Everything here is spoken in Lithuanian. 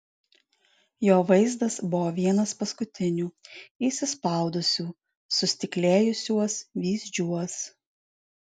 jo vaizdas buvo vienas paskutinių įsispaudusių sustiklėjusiuos vyzdžiuos